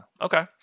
okay